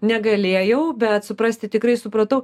negalėjau bet suprasti tikrai supratau